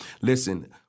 listen